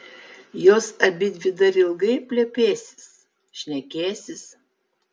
jos abidvi dar ilgai plepėsis šnekėsis